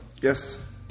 Yes